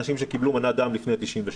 אנשים שקיבלו מנת דם לפני 92',